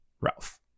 Ralph